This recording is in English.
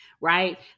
right